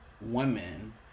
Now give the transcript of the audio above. women